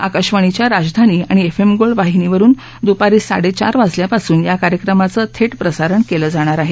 आकाशवाणीच्या राजधानी आणि एफ एम गोल्ड वाहिनीवरुन दुपारी साडेचार वाजल्यापासून या कार्यक्रमाचं थेट प्रसारण केलं जाणार आहे